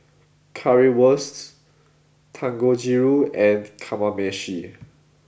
Currywurst Dangojiru and Kamameshi